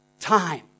time